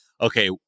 okay